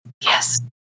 Yes